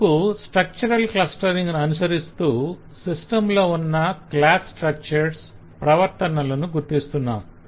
ఇందుకు structural clustering ను అనుసరిస్తూ సిస్టం లో ఉన్న క్లాస్ స్ట్రక్చర్స్ ప్రవర్తనలను గుర్తిస్తున్నాము